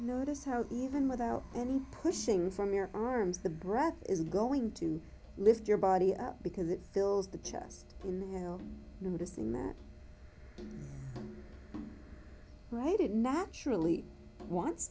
notice how even without any pushing from your arms the breath is going to lift your body up because it fills the chest in the noticing that right it naturally wants